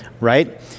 Right